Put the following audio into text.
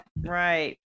Right